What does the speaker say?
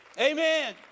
Amen